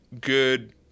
good